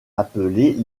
appelées